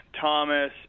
Thomas